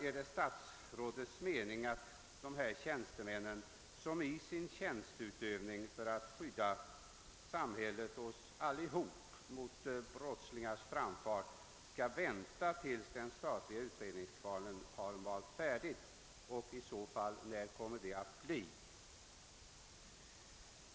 Är det statsrådets mening att dessa tjänstemän, som skadats i sin tjänsteutövning för att skydda samhället och oss allesammans mot brottslingars framfart, skall vänta tills den statliga utredningskvarnen malt färdigt? Och när kommer det i så fall att bli?